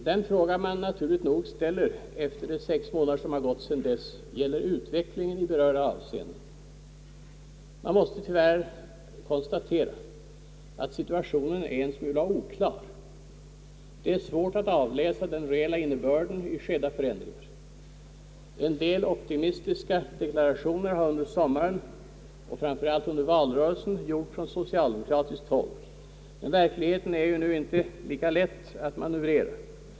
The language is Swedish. Den fråga man naturligt nog ställer efter de sex månader som har gått sedan dess gäller utvecklingen i berörda ayvseenden. Jag måste tyvärr konstatera att situationen är en smula oklar. Det är svårt att avläsa den reella innebörden i skedda förändringar. En del optimistiska deklarationer har under sommaren, och framför allt under valrörelsen, gjorts från socialdemokratiskt håll. Verkligheten är ju nu inte lika lätt att manövrera.